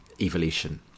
evolution